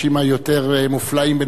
אבל אם מה שאתה אומר הרגע,